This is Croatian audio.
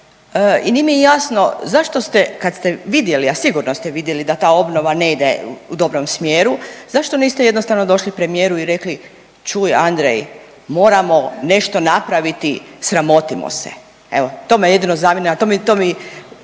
i nije mi jasno zašto ste kad ste vidjeli, a sigurno ste vidjeli da ta obnova ne ide u dobrom smjeru zašto niste jednostavno došli premijeru i rekli, čuj Andrej moramo nešto napraviti sramotimo se. Evo, to me jedino zanima, to mi,